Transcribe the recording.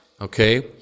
okay